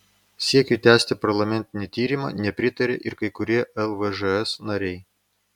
siekiui tęsti parlamentinį tyrimą nepritaria ir kai kurie lvžs nariai